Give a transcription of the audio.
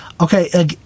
okay